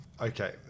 okay